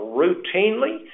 routinely